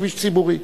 בכביש ציבורי.